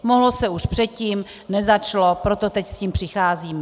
Mohlo se už předtím, nezačalo, proto teď s tím přicházíme.